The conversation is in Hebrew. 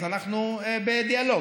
אז אנחנו בדיאלוג.